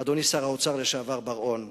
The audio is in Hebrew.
אדוני שר האוצר לשעבר בר-און,